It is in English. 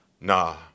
nah